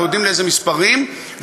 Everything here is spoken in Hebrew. אנחנו יודעים איזה מספרים אלה,